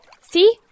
See